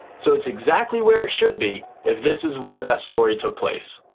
so it's exactly where it should be if this is where that story took place.